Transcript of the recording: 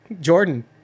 Jordan